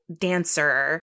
dancer